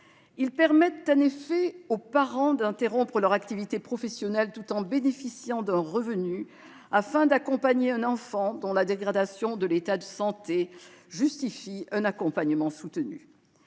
Ils permettent en effet aux parents d'interrompre leur activité professionnelle tout en bénéficiant d'un revenu afin d'accompagner un enfant dont la dégradation de l'état de santé justifie un accompagnement soutenu.